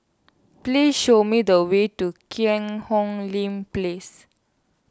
please show me the way to Cheang Hong Lim Place